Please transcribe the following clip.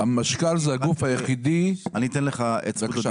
מרכז השלטון המקומי הוא הגוף היחידי --- אתה תוכל להתייחס אחר כך.